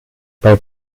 bei